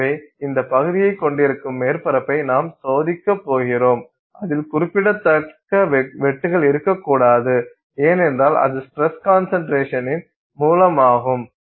எனவே இந்த பகுதியைக் கொண்டிருக்கும் மேற்பரப்பை நாம் சோதிக்கப் போகிறோம் அதில் குறிப்பிடத்தக்க வெட்டுக்கள் இருக்கக்கூடாது ஏனென்றால் அது ஸ்டிரஸ் கன்சன்ட்ரேஷன்நின் மூலமாகும்